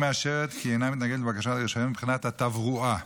היא מאשרת כי היא אינה מתנגדת לבקשה לרישיון מבחינת התברואה